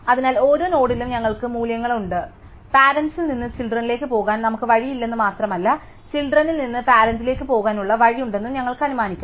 അതിനാൽ ഓരോ നോഡിലും ഞങ്ങൾക്ക് മൂല്യങ്ങളുണ്ട് പാരന്റ്സിൽ നിന്ന് ചിൽഡ്രൻസിലെക് പോകാൻ നമുക്ക് വഴിയില്ലെന്ന് മാത്രമല്ല ചിൽഡ്രനിൽ നിന്ന് പാരന്റ്സിലേക് പോകാനുള്ള വഴിയുണ്ടെന്നും ഞങ്ങൾ അനുമാനിക്കും